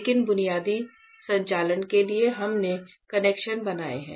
लेकिन बुनियादी संचालन के लिए हमने कनेक्शन बनाए हैं